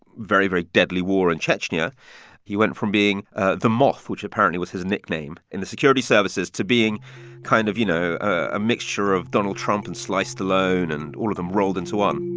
very, very deadly war in chechnya he went from being ah the moth, which apparently was his nickname in the security services, to being kind of, you know, a mixture of donald trump and sly stallone and all of them rolled into one